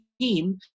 team